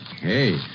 Hey